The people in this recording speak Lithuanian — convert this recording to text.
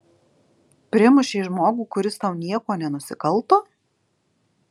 primušei žmogų kuris tau niekuo nenusikalto